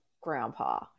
grandpa